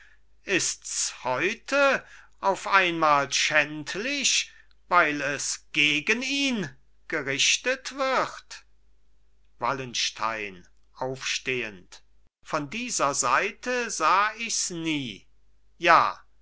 ists heute auf einmal schändlich weil es gegen ihn gerichtet wird wallenstein aufstehend von dieser seite sah ichs nie ja